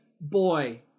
boy